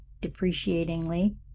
depreciatingly